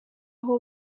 aho